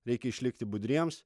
reikia išlikti budriems